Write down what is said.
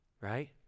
right